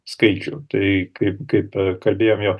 skaičių tai kaip kaip kalbėjom jo